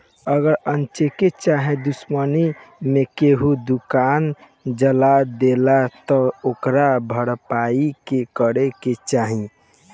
अगर अन्चक्के चाहे दुश्मनी मे केहू दुकान जला देलस त ओकर भरपाई के करे के चाही